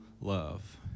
love